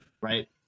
right